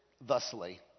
thusly